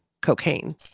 cocaine